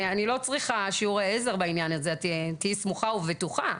אני לא צריכה שיעורי עזר בעניין הזה; תהיי סמוכה ובטוחה.